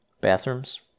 Bathrooms